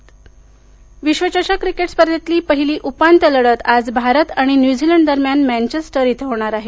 cricket विश्वचषक cricket स्पर्धेतली पहिली उपांत्य लढत आज भारत आणि न्यूझीलंड दरम्यान मँघेस्टर इथं होणार आहे